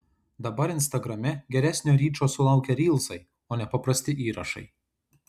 dabar instagrame geresnio ryčo sulaukia rylsai o ne paprasti įrašai